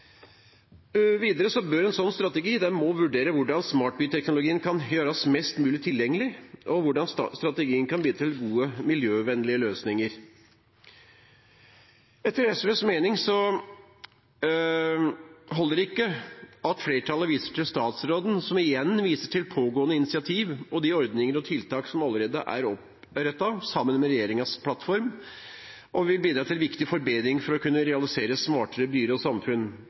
Videre bør en slik strategi vurdere hvordan smartbyteknologien kan gjøres mest mulig tilgjengelig, og hvordan strategien kan bidra til gode, miljøvennlige løsninger. Etter SVs mening holder det ikke at flertallet viser til statsråden, som igjen viser til pågående initiativer og de ordninger og tiltak som allerede er opprettet, sammen med regjeringens plattform, og som vil bidra til viktige forbedringer for å kunne realisere smartere byer og samfunn